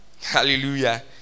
hallelujah